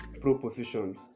propositions